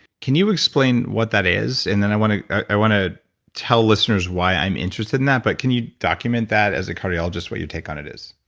can you explain what that is? and then i wanna i wanna tell listeners why i'm interested in that but can you document that as a cardiologist what your take on it is.